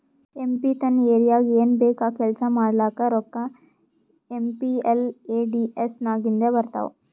M P ತನ್ ಏರಿಯಾಗ್ ಏನ್ ಬೇಕ್ ಆ ಕೆಲ್ಸಾ ಮಾಡ್ಲಾಕ ರೋಕ್ಕಾ ಏಮ್.ಪಿ.ಎಲ್.ಎ.ಡಿ.ಎಸ್ ನಾಗಿಂದೆ ಬರ್ತಾವ್